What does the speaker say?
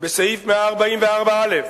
בסעיף 144(א),